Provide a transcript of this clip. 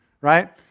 right